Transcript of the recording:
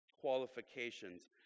qualifications